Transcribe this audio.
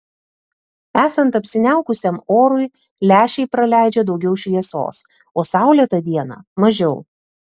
esant apsiniaukusiam orui lęšiai praleidžia daugiau šviesos o saulėtą dieną mažiau